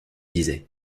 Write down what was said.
disait